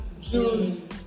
June